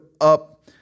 up